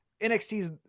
NXT's